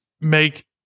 make